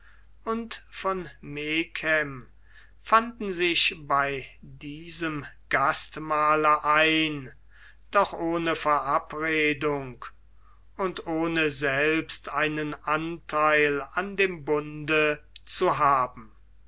und von megen fanden sich bei diesem gastmahle ein doch ohne verabredung und ohne selbst einen antheil an dem bunde zu haben